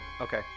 Okay